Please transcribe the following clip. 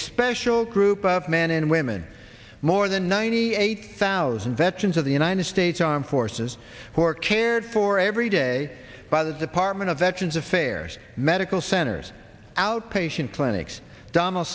special group of men and women more than ninety eight thousand veterans of the united states armed forces who are cared for every day by the department of veterans affairs medical centers outpatient clinics d